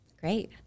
Great